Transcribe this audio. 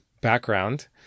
background